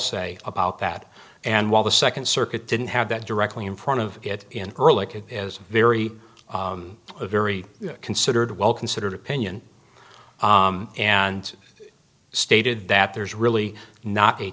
say about that and while the second circuit didn't have that directly in front of it in erlich it is a very a very considered well considered opinion and stated that there's really not a